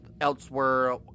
elsewhere